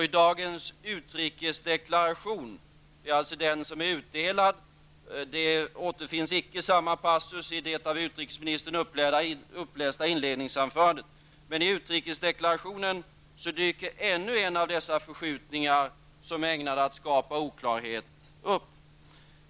I dagens utrikesdeklaration -- den som är utdelad, samma passus återfinns icke i det av utrikesminister upplästa inledningsanförandet -- dyker ännu en av dessa förskjutningar som är ägnade att skapa oklarhet upp.